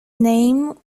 name